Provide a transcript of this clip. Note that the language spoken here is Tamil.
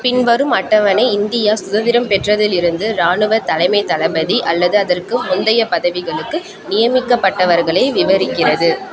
பின்வரும் அட்டவணை இந்தியா சுதந்திரம் பெற்றதிலிருந்து இராணுவத் தலைமைத் தளபதி அல்லது அதற்கு முந்தைய பதவிகளுக்கு நியமிக்கப்பட்டவர்களை விவரிக்கிறது